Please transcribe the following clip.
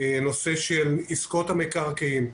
נושא של עסקאות המקרקעין,